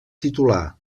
titular